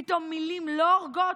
פתאום מילים לא הורגות?